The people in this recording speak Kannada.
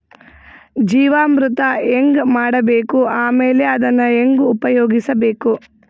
ಜೀವಾಮೃತ ಹೆಂಗ ಮಾಡಬೇಕು ಆಮೇಲೆ ಅದನ್ನ ಹೆಂಗ ಉಪಯೋಗಿಸಬೇಕು?